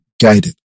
guided